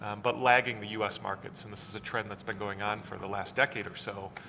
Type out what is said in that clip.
um but wagging the u s. markets and this is a trend that's been going on for the last decade or so.